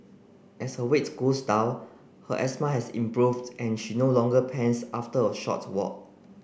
as her weight goes down her asthma has improved and she no longer pants after a short walk